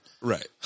right